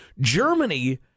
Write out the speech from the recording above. Germany